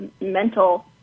mental